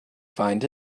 find